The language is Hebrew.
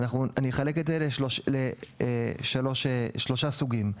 ואחלק את זה לשלושה סוגים.